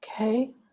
Okay